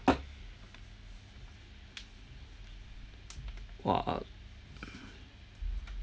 !wah!